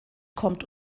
kommt